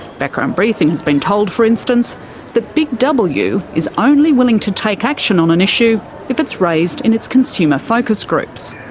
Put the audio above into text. background briefing has been told for instance that big w is only willing to take action on an issue if it's raised in its consumer focus groups.